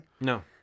No